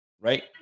right